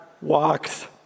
walks